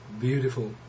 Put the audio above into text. beautiful